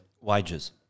Wages